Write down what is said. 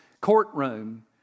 courtroom